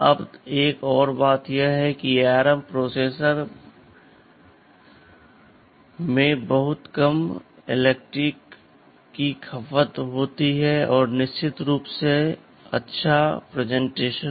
अब एक और बात यह है कि ARM प्रोसेसर में बहुत कम बिजली की खपत होती है और निश्चित रूप से अच्छा प्रदर्शन